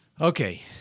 Okay